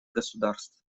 государств